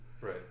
Right